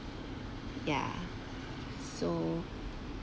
ya so